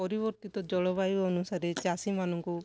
ପରିବର୍ତ୍ତିତ ଜଳବାୟୁ ଅନୁସାରେ ଚାଷୀମାନଙ୍କୁ